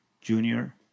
Junior